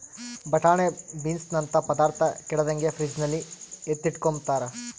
ಬಟಾಣೆ ಬೀನ್ಸನಂತ ಪದಾರ್ಥ ಕೆಡದಂಗೆ ಫ್ರಿಡ್ಜಲ್ಲಿ ಎತ್ತಿಟ್ಕಂಬ್ತಾರ